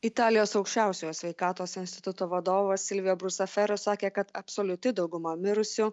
italijos aukščiausiojo sveikatos instituto vadovas silvio brusafero sakė kad absoliuti dauguma mirusių